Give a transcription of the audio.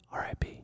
RIP